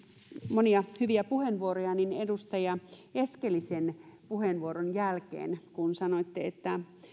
monia hyviä puheenvuoroja mutta oikeastaan pyysin puheenvuoron edustaja eskelisen jälkeen kun sanoitte että